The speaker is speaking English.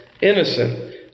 innocent